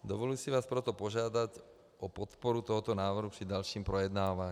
Dovoluji si vás proto požádat o podporu tohoto návrhu při dalším projednávání.